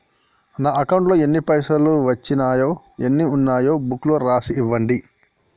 నా అకౌంట్లో ఎన్ని పైసలు వచ్చినాయో ఎన్ని ఉన్నాయో బుక్ లో రాసి ఇవ్వండి?